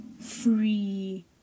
free